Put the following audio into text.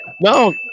No